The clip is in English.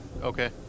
Okay